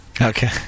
Okay